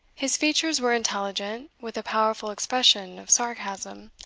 his features were intelligent, with a powerful expression of sarcasm.